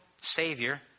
Savior